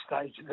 stage